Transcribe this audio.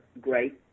great